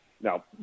Now